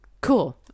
Cool